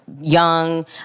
young